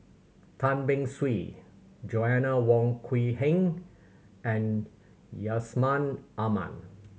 Tan Beng Swee Joanna Wong Quee Heng and Yusman Aman